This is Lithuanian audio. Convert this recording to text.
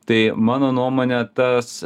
tai mano nuomone tas